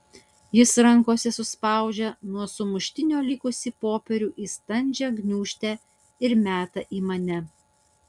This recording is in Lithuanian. jis rankose suspaudžia nuo sumuštinio likusį popierių į standžią gniūžtę ir meta į mane